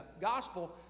gospel